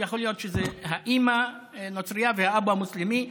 יכול להיות שהאימא נוצרייה והאבא מוסלמי,